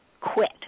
quit